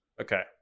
Okay